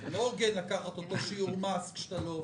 זה לא הוגן לקחת אותו שיעור מס כשאתה לא עובד.